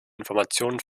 informationen